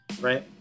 right